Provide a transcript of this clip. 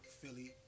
Philly